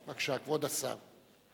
בבקשה, כבוד השר.